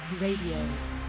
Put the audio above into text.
Radio